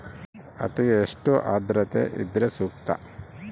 ಹತ್ತಿಗೆ ಎಷ್ಟು ಆದ್ರತೆ ಇದ್ರೆ ಸೂಕ್ತ?